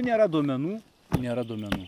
nėra duomenų nėra duomenų